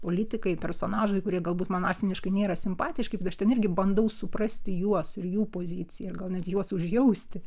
politikai personažai kurie galbūt man asmeniškai nėra simpatiški bet aš ten irgi bandau suprasti juos ir jų poziciją ir gal net juos užjausti